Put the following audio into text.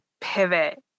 pivot